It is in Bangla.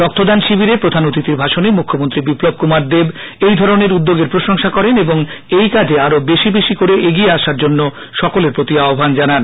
রক্তদান শিবিরে প্রধান অতিথির ভাষনে মুখ্যমন্ত্রী বিপ্লব কুমার দেব এই ধরনের উদ্যোগের প্রসংশা করেন এবং এই কাজে আরও বেশি বেশি করে এগিয়ে আসার জন্য সকলের প্রতি আহ্ণান জানান